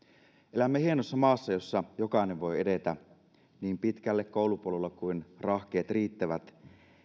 elämme hienossa maassa jossa jokainen voi edetä koulupolulla niin pitkälle kuin rahkeet riittävät